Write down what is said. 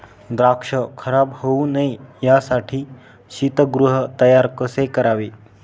द्राक्ष खराब होऊ नये यासाठी शीतगृह तयार कसे करावे?